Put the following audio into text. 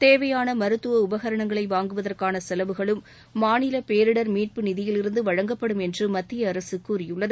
தேவையான மருத்துவ உபரகரணங்களை வாங்குவதற்கான செலவுகளும் மாநில பேரிடர் மீட்பு நிதியிலிருந்து வழங்கப்படும் என்று மத்திய அரசு கூறியுள்ளது